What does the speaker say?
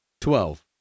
Twelve